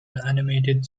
animated